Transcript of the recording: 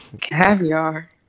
caviar